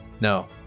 No